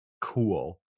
Cool